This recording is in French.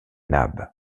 nab